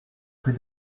rue